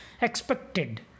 Expected